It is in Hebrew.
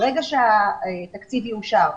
ברגע שהתקציב יאושר,